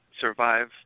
survive